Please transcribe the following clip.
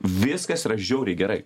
viskas yra žiauriai gerai